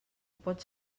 pot